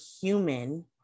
human